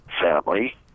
family